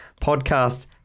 podcast